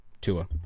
Tua